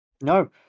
No